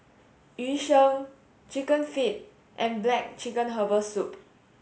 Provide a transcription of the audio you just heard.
Yu Sheng chicken feet and black chicken herbal soup